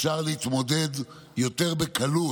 יהיה אפשר להתמודד יותר בקלות.